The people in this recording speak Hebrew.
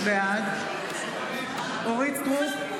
בעד אורית מלכה סטרוק,